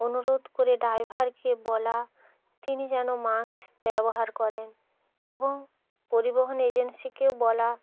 অনুরোধ করে ড্রাইভারকে বলা তিনি যেন মাস্ক ব্যবহার করেন এবং পরিবহণ এজেন্সিকেও বলা